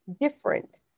different